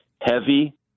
heavy